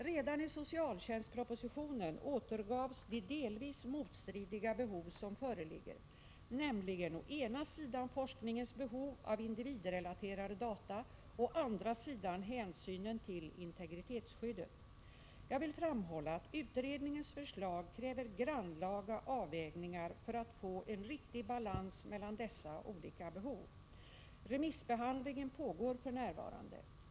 Redan i socialtjänstspropositionen återgavs de delvis motstridiga behov som föreligger, nämligen å ena sidan forskningens behov av individrelaterade data, å andra sidan hänsynen till integritetsskyddet. Jag vill framhålla att utredningens förslag kräver grannlaga avvägningar för att få en riktig balans mellan dessa olika behov. Remissbehandlingen pågår för närvarande.